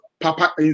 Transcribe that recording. Papa